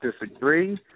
disagree